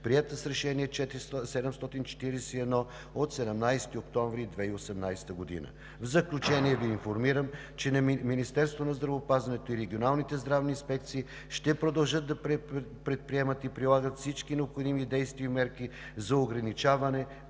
приета с Решение № 741 от 17 октомври 2018 г. В заключение Ви информирам, че Министерството на здравеопазването и регионалните здравни инспекции ще продължат да предприемат и прилагат всички необходими действия и мерки за ограничаване